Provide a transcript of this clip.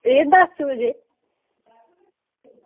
एह् दस्स बजे